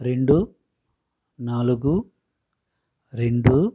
రెండు నాలుగు రెండు